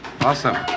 Awesome